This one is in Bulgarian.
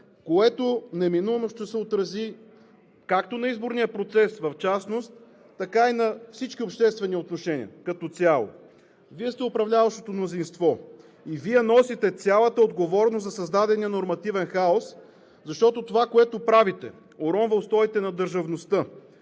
което неминуемо ще се отрази както на изборния процес в частност, така и на всички обществени отношения като цяло. Вие сте управляващото мнозинство и Вие носите цялата отговорност за създадения нормативен хаос, защото това, което правите, уронва устоите на държавността,